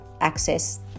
access